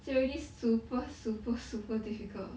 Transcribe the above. say already super super super difficult